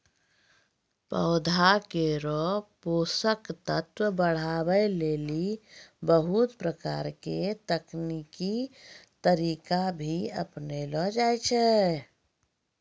पौधा केरो पोषक तत्व बढ़ावै लेलि बहुत प्रकारो के तकनीकी तरीका भी अपनैलो जाय छै